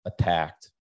attacked